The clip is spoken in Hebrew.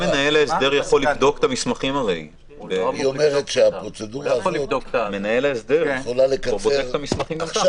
היא אומרת שהפרוצדורה הזו יכולה לקצר עכשיו,